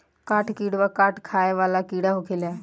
काठ किड़वा काठ खाए वाला कीड़ा होखेले